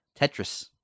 Tetris